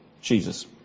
Jesus